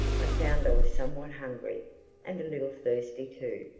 i found i was somewhat hungry and a little thirsty too.